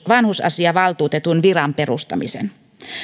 vanhusasiavaltuutetun viran perustamisen